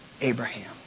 Abraham